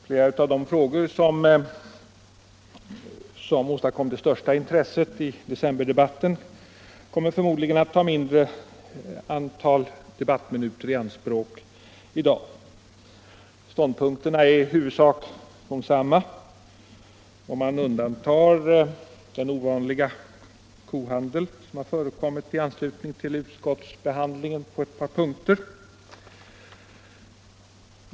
Flera av de frågor som tilldrog sig det största intresset i decemberdebatten kommer förmodligen att ta ett mindre antal debattminuter i anspråk nu. Ståndpunkterna är i huvudsak desamma om man undantar den ovanliga kohandel som har förekommit i anslutning till utskottsbehandlingen på ett par punkter.